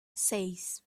seis